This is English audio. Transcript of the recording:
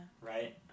Right